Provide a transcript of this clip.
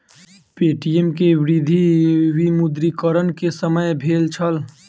Paytm के वृद्धि विमुद्रीकरण के समय भेल छल